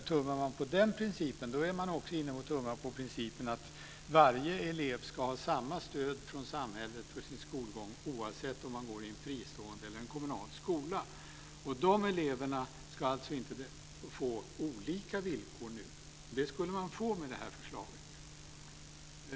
Tummar man på den principen är man också inne och tummar på principen att varje elev ska ha samma stöd från samhället för sin skolgång, oavsett om man går i en fristående eller en kommunal skola. Eleverna ska alltså inte få olika villkor nu. Det skulle de få med det här förslaget.